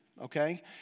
Okay